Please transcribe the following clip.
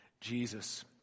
Jesus